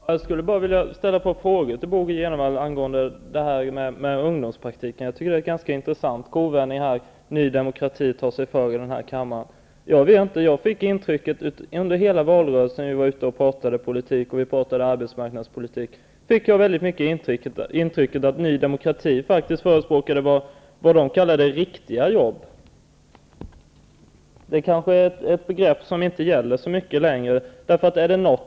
Herr talman! Jag vill bara ställa ett par frågor till Bo G. Jenevall angående ungdomspraktiken. Det är en ganska intressant kovändning som Ny demokrati tar sig för i kammaren. Jag fick under hela valrörelsen, när vi var ute och pratade om arbetsmarknadspolitik, ett intryck av att Ny demokrati förespråkade vad de kallade riktiga jobb. Det kanske är ett begrepp som inte gäller så mycket längre.